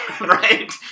right